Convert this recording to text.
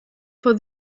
for